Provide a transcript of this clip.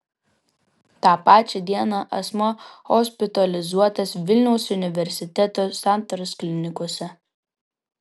tą pačią dieną asmuo hospitalizuotas vilniaus universiteto santaros klinikose